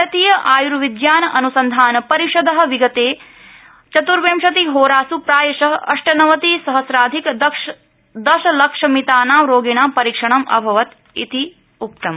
भारतीय आय्र्विज्ञान अन्संधान परिषद विगते चत्र्विशतिहोरासु अप्रायश अष्टनवतिसहस्राधिक दशलक्षमितानां रोगिणां परीक्षणं अभवत् इति उक्तम्